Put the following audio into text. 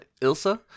ilsa